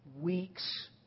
weeks